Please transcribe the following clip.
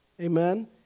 amen